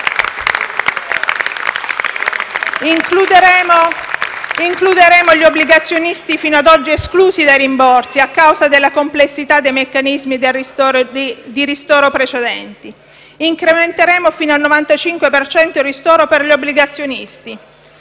Includeremo gli obbligazionisti fino ad oggi esclusi dai rimborsi, a causa della complessità dei meccanismi di ristoro precedenti. Incrementeremo fino al 95 per cento il ristoro per gli obbligazionisti.